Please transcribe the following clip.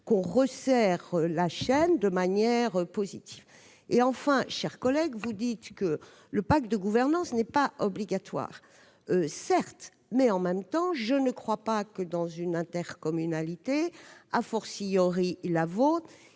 l'on resserre la chaîne de manière positive. Enfin, mon cher collègue, vous dites que le pacte de gouvernance n'est pas obligatoire. Certes, mais, en même temps, je ne crois pas que, dans une intercommunalité, la vôtre, il y ait